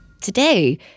Today